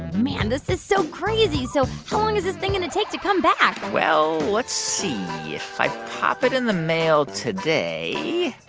man, this is so crazy. so how long is this thing going to take to come back? well, let's see. if i pop it in the mail today,